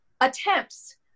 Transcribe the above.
attempts